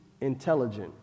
intelligent